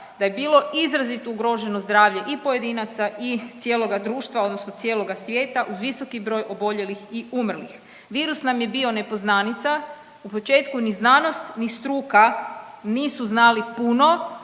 da je bilo izrazito ugroženo zdravlje i pojedinaca i cijeloga društva, odnosno cijeloga svijeta uz visoki broj oboljelih i umrlih. Virus nam je bio nepoznanica, u početku ni znanost ni struka nisu znali puno